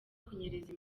kunyereza